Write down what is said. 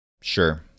Sure